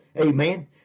Amen